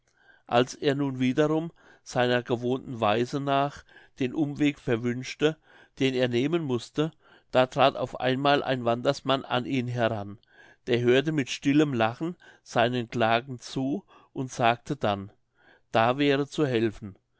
als er nun wiederum seiner gewohnten weise nach den umweg verwünschte den er nehmen mußte da trat auf einmal ein wandersmann an ihn heran der hörte mit stillem lachen seinen klagen zu und sagte dann da wäre zu helfen